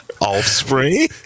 offspring